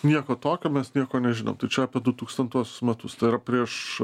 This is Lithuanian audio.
nieko tokio mes nieko nežinom tai čia apie du tūkstantuosius metus tai yra prieš